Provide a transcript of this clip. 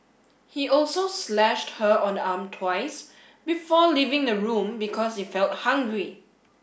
he also slashed her on the arm twice before leaving the room because he felt hungry